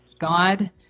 god